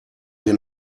wir